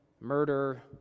murder